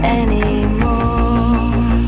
anymore